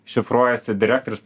šifruojasi direktorius